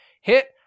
hit